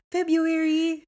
February